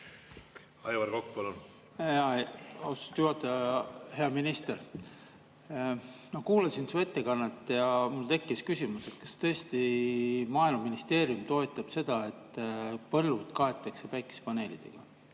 juhataja! Hea minister! Ma kuulasin su ettekannet ja mul tekkis küsimus, et kas tõesti Maaeluministeerium toetab seda, et põllud kaetakse päikesepaneelidega.